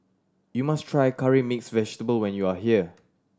you must try Curry Mixed Vegetable when you are here